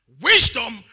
Wisdom